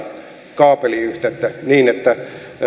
kaapeliyhteyttä niin että